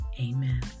Amen